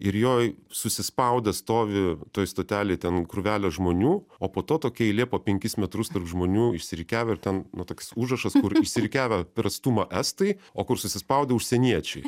ir joj susispaudę stovi toj stotelėj ten krūvelė žmonių o po to tokia eilė po penkis metrus tarp žmonių išsirikiavę ir ten na toks užrašas kur išsirikiavę per atstumą estai o kur susispaudę užsieniečiai